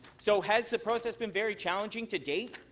so has the process been very challenging to date?